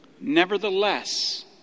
Nevertheless